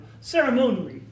ceremonially